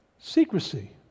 secrecy